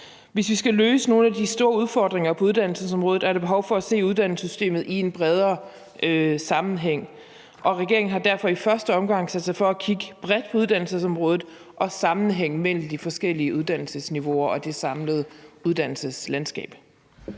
Hvis vi skal løse nogle af de store udfordringer på uddannelsesområdet, er der behov for at se uddannelsessystemet i en bredere sammenhæng, og regeringen har derfor i første omgang sat sig for at kigge bredt på uddannelsesområdet og sammenhængen mellem de forskellige uddannelsesniveauer og det samlede uddannelseslandskab.